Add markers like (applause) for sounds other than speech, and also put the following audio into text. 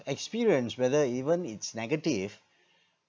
experience whether even it's negative (breath)